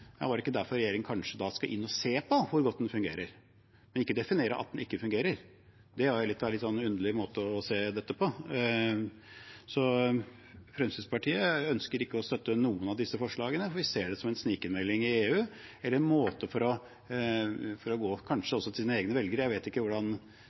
ikke derfor regjeringen kanskje skal se på hvor godt den fungerer – men ikke definere at den ikke fungerer? Det er en litt underlig måte å se dette på. Fremskrittspartiet ønsker ikke å støtte noen av disse forslagene, for vi ser dem som en snikinnmelding i EU eller kanskje en måte å gå